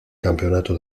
campeonato